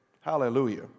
Hallelujah